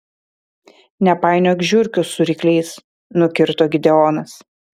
nepainiok žiurkių su rykliais nukirto gideonas